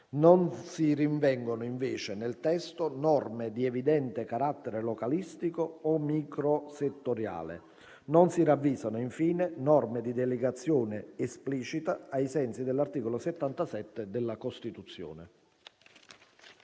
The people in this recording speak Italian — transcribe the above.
Non si rinvengono, invece, nel testo norme di evidente carattere localistico o microsettoriale. Non si ravvisano, infine, norme di delegazione esplicita ai sensi dell’articolo 77 della Costituzione.